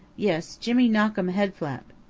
yes, jimmy knock um head flap.